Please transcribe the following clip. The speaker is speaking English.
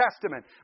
Testament